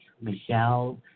Michelle